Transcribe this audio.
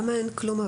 אבל למה אין כלום?